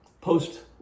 Post